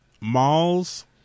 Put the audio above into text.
malls